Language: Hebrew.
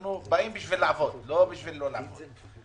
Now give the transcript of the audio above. אנחנו באים בשביל לעבוד, לא בשביל לא לעבוד.